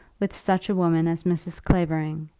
with such a woman as mrs. clavering,